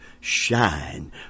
shine